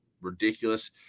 ridiculous